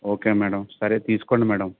okay madam సరే తీసుకోండి madam